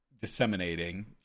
disseminating